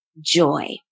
joy